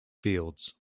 fields